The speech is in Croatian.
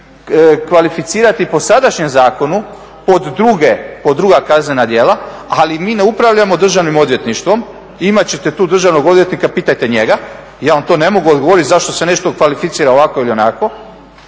kvalificirati po sadašnjem zakonu pod druga kaznena djela, ali mi ne upravljamo državnim odvjetništvom, imat ćete tu državnog odvjetnika, pitajte njega, ja vam to ne mogu odgovoriti zašto se nešto kvalificira ovako ili onako,